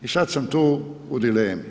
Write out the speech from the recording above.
I sad sam tu u dilemi.